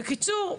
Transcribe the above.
בקיצור,